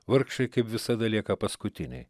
vargšai kaip visada lieka paskutiniai